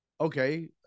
okay